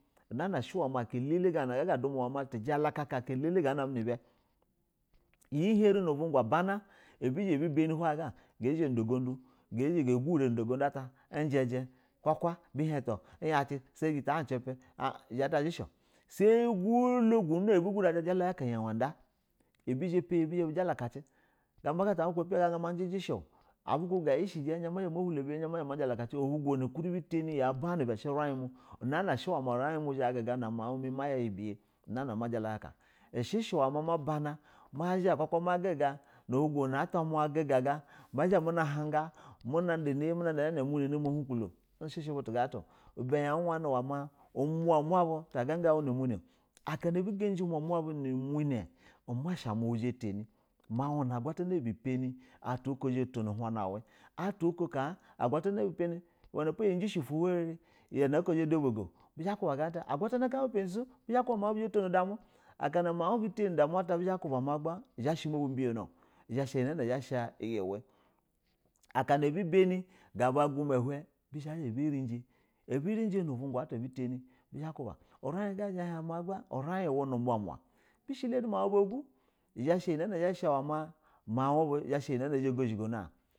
Ihana shɛ ma aka elele nag a ga dumu tajala kaka aka elele ga namd ni ɛba iyi harɛ nu buja ban a iyi hari howe gag a zha nu da ujudu ga zha ga guri nu da go du at ɛji ɛji kaka in hin jita a cipi ɛ jɛti zhɛshi sami golo jala kaka iyi wa da abizha pai bizha bu jala kaci gamba ga abu kubi a pa ujiji she o abu kubi ga jiji ape izha ma hula ma jala kaci ohi gona ukrɛ bi tani ya banɛ iba shɛ ural mu ma guga na mu. Miɛ nay a iyi biyɛ nana a majala kaka ushɛ uhla ma ma bana ma zha kuka ma guga na olugo na atamu aguga ga ma zha muna hunga muna da ni ya muna da mana umuna na ma hugulo ushi she batu gana at o ibɛ ya wani ma umamu bu ta gaga un unu muna aka na abu jaji umuma bu nu muna uma sha mu we zha atani mau. Na a gwatana ubu bi pani bufu buko zha botono uhana uwe butu buko ka agwatana ubi pani wenipo iyi jishɛ ufu hown rɛ we nap o ina ike zha ya da bugo bizha ba kuba gana ata agula tana ka ubu panishɛ kuma maun bu zha ma tono udamu mau bu ka tani udamu bizha kuba magba izha shɛ ma bu biyo no izha sha iyi na zha ya sha iyi uwe akana abu bani ga bu a guma uhen bzha ba zha ba rɛji a bi rɛji nu bunga ata oto ata abu tani urɛin ga na abu tani bizha ba ku ba ma gba urɛ uwe nu umuma ma bi shɛ lani mau bu ogu izhɛ ya sham au ba a zha asha ɛyo na azha a gozhɛ gono in